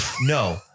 No